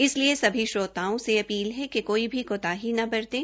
इसलिए सभी श्रोताओं से अपील है कि कोई भी कोताही न बरतें